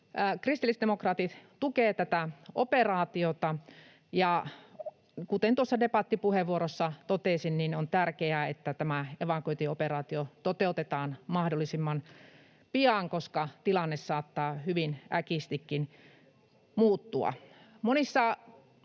Kristillisdemokraatit tukevat tätä operaatiota, ja kuten debattipuheenvuorossa totesin, on tärkeää, että tämä evakuointioperaatio toteutetaan mahdollisimman pian, koska tilanne saattaa hyvin äkistikin muuttua.